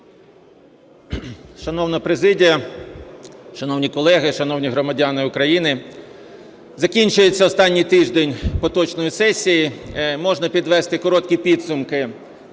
Шановна президія, шановні колеги, шановні громадяни України! Закінчується останній тиждень поточної сесії, можна підвести короткі підсумки